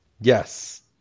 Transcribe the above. Yes